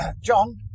John